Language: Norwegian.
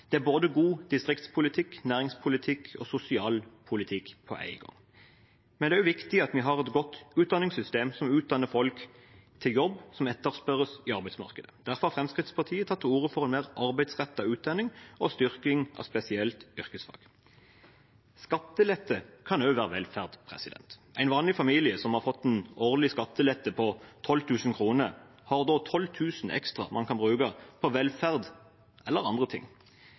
Det er både god distriktspolitikk, næringspolitikk og sosial politikk på en gang. Men det er også viktig at vi har et godt utdanningssystem som utdanner folk til jobb som etterspørres i arbeidsmarkedet. Derfor har Fremskrittspartiet tatt til orde for en mer arbeidsrettet utdanning og styrking av spesielt yrkesfag. Skattelette kan også være velferd. En vanlig familie som har fått en årlig skattelette på 12 000 kr, har da 12 000 ekstra man kan bruke på velferd eller andre ting.